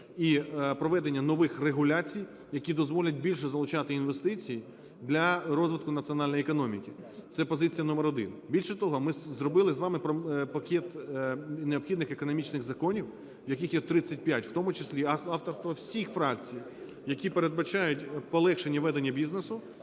і проведення нових регуляцій, які дозволять більше залучати інвестицій для розвитку національної економіки. Це позиція номер один. Більше того, ми зробили з вами пакет необхідних економічних законів, яких є 35, в тому числі авторства всіх фракцій, які передбачають полегшення ведення бізнесу